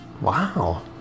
Wow